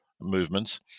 movements